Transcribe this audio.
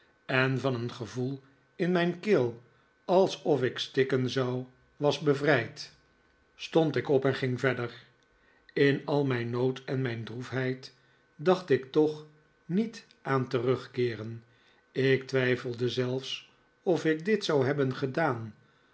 en van een geyoel in mijn keel alsof ik stikken zou was bevrijd stond ik op en ging verder in al mijn nood en mijn droefheid dacht ik toch niet aan terugkeeren ik twijfel zelfs of ik dit zou hebben gedaan